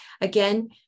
Again